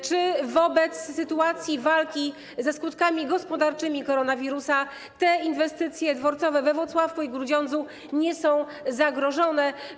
Czy wobec sytuacji walki ze skutkami gospodarczymi koronawirusa te inwestycje dworcowe we Włocławku i w Grudziądzu nie są zagrożone?